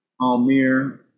Almir